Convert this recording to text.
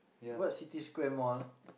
what City-Square mall